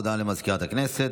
הודעה לסגנית מזכיר הכנסת,